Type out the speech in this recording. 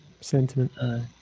sentiment